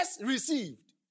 received